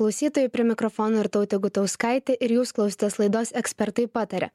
klausytojai prie mikrofono irtautė gutauskaitė ir jūs klausotės laidos ekspertai pataria